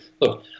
Look